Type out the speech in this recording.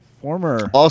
former